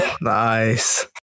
nice